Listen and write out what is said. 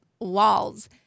walls